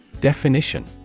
Definition